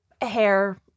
hair